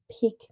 pick